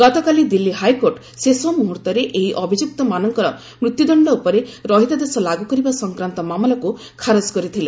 ଗତକାଲି ଦିଲ୍ଲୀ ହାଇକୋର୍ଟ ଶେଷ ମୁହ୍ରର୍ତ୍ତରେ ଏହି ଅଭିଯୁକ୍ତମାନଙ୍କର ମୃତ୍ୟୁଦଣ୍ଡ ଉପରେ ରହିତାଦେଶ ଲାଗୁ କରିବା ସଂକ୍ରାନ୍ତ ମାମଲାକୁ ଖାରଜ କରିଥିଲେ